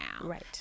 Right